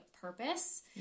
purpose